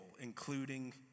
including